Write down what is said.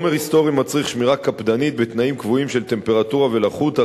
חומר היסטורי מצריך שמירה קפדנית בתנאים קבועים של טמפרטורה ולחות,